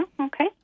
Okay